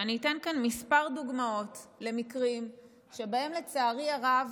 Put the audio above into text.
ואני אתן כאן כמה דוגמאות למקרים שבהם לצערי הרב